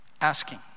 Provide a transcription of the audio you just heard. asking